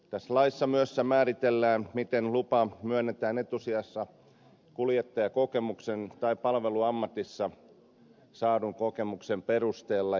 tässä laissa myös määritellään miten lupa myönnetään etusijassa kuljettajakokemuksen tai palveluammatissa saadun kokemuksen perusteella